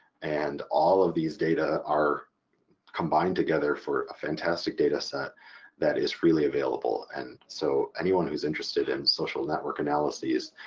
and all of these data are combined together for a fantastic dataset that is freely available. and so anyone who's interested in social network analyses